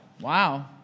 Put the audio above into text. Wow